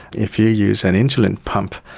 if you use an insulin pump,